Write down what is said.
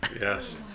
Yes